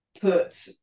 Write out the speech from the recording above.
put